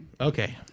Okay